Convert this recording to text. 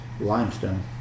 limestone